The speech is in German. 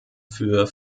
für